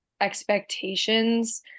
expectations